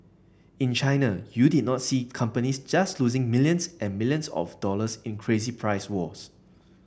in China you did not see companies just losing millions and millions of dollars in crazy price wars